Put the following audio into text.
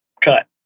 cut